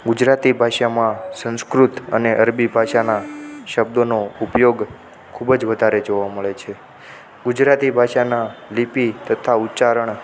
ગુજરાતી ભાષામાં સંસ્કૃત અને અરબી ભાષાના શબ્દોનો ઉપયોગ ખૂબ જ વધારે જોવા મળે છે ગુજરાતી ભાષાના લિપિ તથા ઉચ્ચારણ